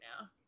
now